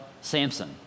Samson